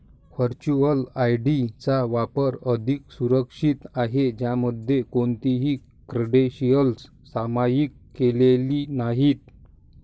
virtual ID चा वापर अधिक सुरक्षित आहे, ज्यामध्ये कोणतीही क्रेडेन्शियल्स सामायिक केलेली नाहीत